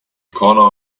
corner